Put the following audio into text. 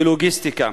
ולוגיסטיקה,